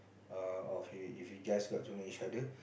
uh of you if you just got to know each other